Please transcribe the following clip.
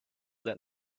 that